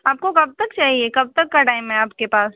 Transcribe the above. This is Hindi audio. आपको कब तक चाहिए कब तक का टाइम है आपके पास